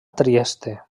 trieste